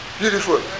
Beautiful